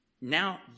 now